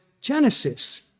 Genesis